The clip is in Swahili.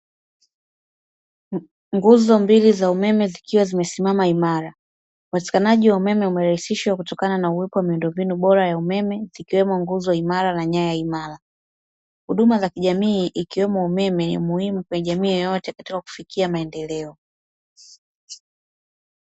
Nguzo mbili za umeme zikiwa zimesimama imara. Upatikanaji wa umeme umerahisishwa kutokana na uwepo wa miundombinu bora ya umeme, zikiwemo nguzo imara na nyaya imara. Huduma za kijamii ikiwemo umeme ni muhimu kwa jamii yoyote katika kufikia maendeleo.